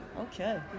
Okay